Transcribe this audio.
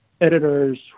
editors